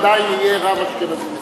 עדיין יהיה רב אשכנזי.